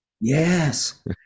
yes